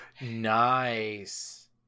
nice